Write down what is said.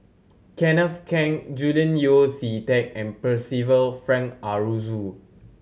Kenneth Keng Julian Yeo See Teck and Percival Frank Aroozoo